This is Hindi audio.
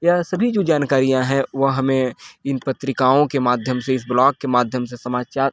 या सभी जो जानकारियाँ है वह हमें इन पत्रिकाओं के माध्यम से इस ब्लॉग के माध्यम से समाचार